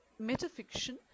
Metafiction